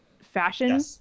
fashion